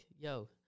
yo